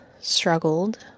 struggled